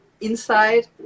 inside